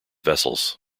vessels